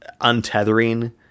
untethering